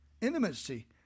intimacy